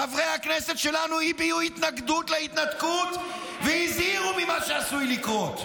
חברי הכנסת שלנו הביעו התנגדות להתנתקות והזהירו ממה שעשוי לקרות.